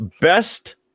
best